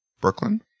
Brooklyn